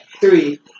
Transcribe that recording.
three